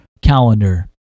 calendar